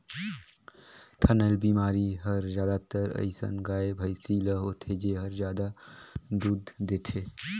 थनैल बेमारी हर जादातर अइसन गाय, भइसी ल होथे जेहर जादा दूद देथे